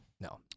no